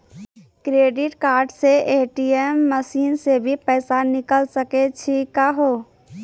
Credit card से ATM machine से भी पैसा निकल सकै छि का हो?